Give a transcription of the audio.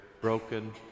broken